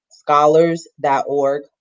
scholars.org